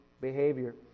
behavior